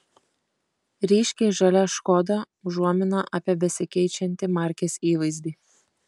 ryškiai žalia škoda užuomina apie besikeičiantį markės įvaizdį